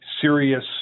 serious